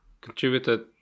contributed